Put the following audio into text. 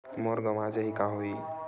मोर गंवा जाहि का होही?